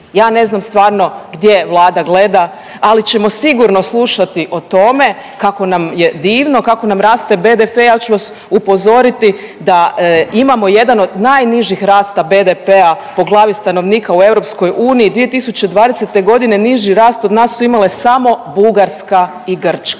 Ja ne znam stvarno gdje Vlada gleda, ali ćemo sigurno slušati o tome kako nam je divno, kako nam raste BDP. Ja ću vas upozoriti da imamo jedan od najnižih rasta BDP-a po glavi stanovnika u EU 2020.g. niži rast od nas su imale samo Bugarska i Grčka.